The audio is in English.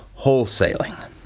wholesaling